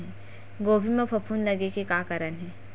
गोभी म फफूंद लगे के का कारण हे?